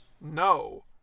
No